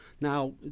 now